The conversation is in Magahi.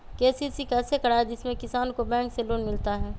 के.सी.सी कैसे कराये जिसमे किसान को बैंक से लोन मिलता है?